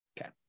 Okay